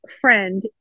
friend